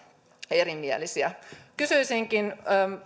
erimielisiä kysyisinkin